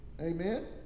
Amen